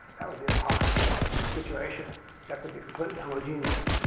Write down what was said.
that would be a possible situation that could be completely homogeneous,